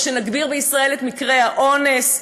או שנגביר בישראל את מקרי האונס.